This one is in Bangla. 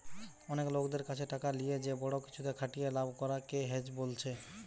অনেক লোকদের কাছে টাকা লিয়ে যে বড়ো কিছুতে খাটিয়ে লাভ করা কে হেজ বোলছে